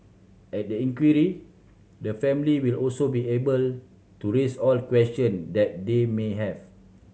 at the inquiry the family will also be able to raise all question that they may have